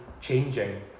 changing